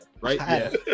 Right